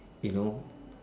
you know